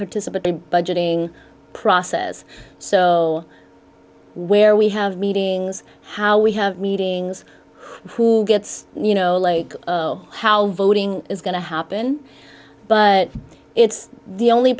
participatory budgeting process so where we have meetings how we have meetings who gets you know like how voting is going to happen but it's the only